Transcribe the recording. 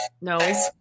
No